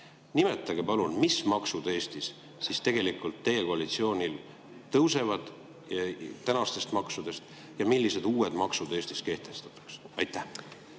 Nimetage palun, millised maksud Eestis siis tegelikult teie koalitsiooni ajal tõusevad ja millised uued maksud Eestis kehtestatakse. Aitäh!